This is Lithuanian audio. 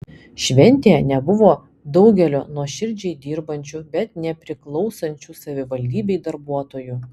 šventėje nebuvo daugelio nuoširdžiai dirbančių bet nepriklausančių savivaldybei darbuotojų